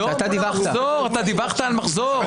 אתה דיווחת על מחזור.